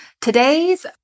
Today's